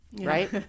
right